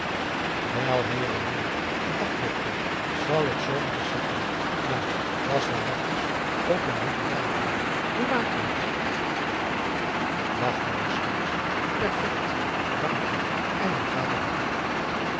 wel heerejé dag dokter zal ik zoo maar reis zeggen nou da's warachies ook n witte raaf hoor hoe maakt u het dag mama sleeks perfect dank je en hoe gaat het u